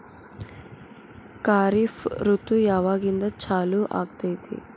ಖಾರಿಫ್ ಋತು ಯಾವಾಗಿಂದ ಚಾಲು ಆಗ್ತೈತಿ?